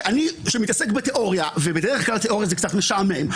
שאני שמתעסק בתיאוריה ובדרך כלל תאוריה זה קצת משעמם,